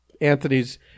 Anthony's